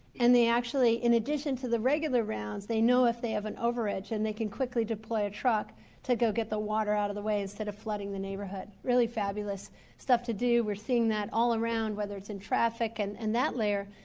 and they actually, in addition to the regular rounds they know if they have an overage and they can quickly deploy a truck to go get the water out of the way instead of flooding the neighborhood. rally fabulous stuff to do. we're seeing that all around whether it's in traffic and and that layer,